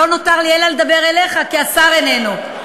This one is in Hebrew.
לא נותר לי אלא לדבר אליך, כי השר איננו.